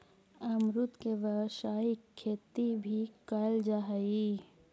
अमरुद के व्यावसायिक खेती भी कयल जा हई